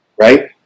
right